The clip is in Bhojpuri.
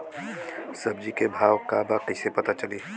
सब्जी के भाव का बा कैसे पता चली?